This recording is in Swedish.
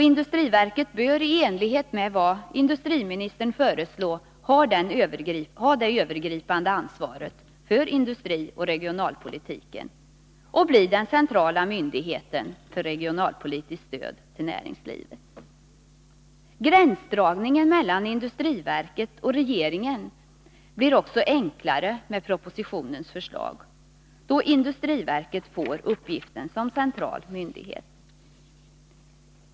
Industriverket bör i enlighet med vad industriministern föreslår ha det övergripande ansvaret för industrioch regionalpolitiken och bli den centrala myndigheten för det regionalpolitiska stödet till näringslivet. Gränsdragningen mellan industriverket och regeringen blir också enklare med propositionens förslag, då industriverket får uppgiften som central myndighet.